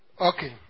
Okay